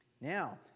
Now